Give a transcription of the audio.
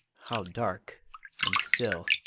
how dark and still!